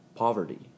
Poverty